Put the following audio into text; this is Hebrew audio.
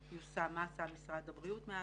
יושם, מה עשה משרד הבריאות מאז.